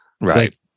Right